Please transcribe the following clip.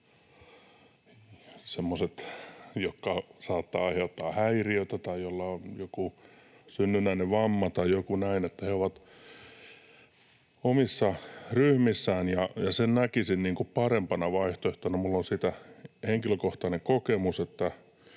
semmoiset, jotka saattavat aiheuttaa häiriötä tai joilla on joku synnynnäinen vamma tai muuta, ovat omissa ryhmissään, ja sen näkisin parempana vaihtoehtona. Minulla on siitä henkilökohtainen kokemus: